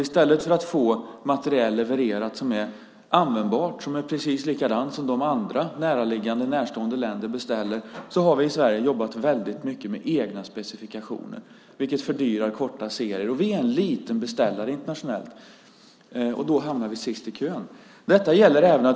I stället för att få materiel levererad som är användbar, som är precis likadan som andra näraliggande, närstående länder beställer har vi i Sverige jobbat väldigt mycket med egna specifikationer, vilket fördyrar korta serier. Vi är en liten beställare internationellt, och då hamnar vi sist i kön.